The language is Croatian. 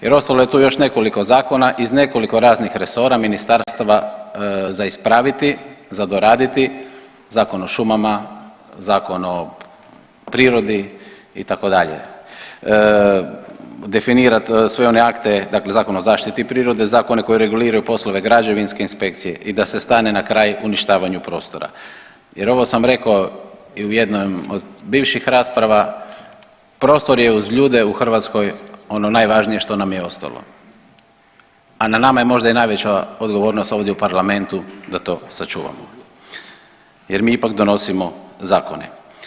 Jer ostalo je tu još nekoliko zakona iz nekoliko raznih resora, ministarstava za ispraviti, za doraditi Zakon o šumama, Zakon o prirodi itd., definirat sve one akte, dakle Zakon o zaštiti prirodi, zakone koji reguliraju poslove građevinske inspekcije i da se stane na kraj uništavanju prostora jer ovo sam rekao i u jednoj od bivših rasprava, prostor je uz ljude u Hrvatskoj ono najvažnije što nam je ostalo, a na nama je možda i najveća odgovornost ovdje u Parlamentu da to sačuvamo jer mi ipak donosimo zakone.